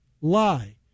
lie